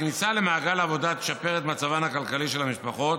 "הכניסה למעגל העבודה תשפר את מצבן הכלכלי של המשפחות,